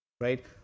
right